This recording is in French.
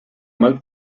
mal